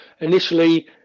initially